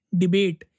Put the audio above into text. debate